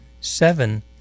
seven